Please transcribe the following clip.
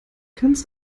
ganz